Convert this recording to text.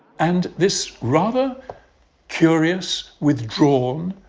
and this rather curious, withdrawn,